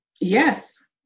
Yes